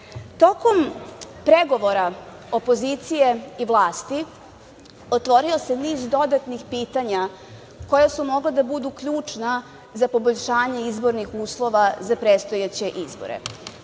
pregovora opozicije i vlasti otvorio se niz dodatnih pitanja koja su mogla da budu ključna za poboljšanje izbornih uslova za predstojeće izbore. Tu,